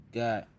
got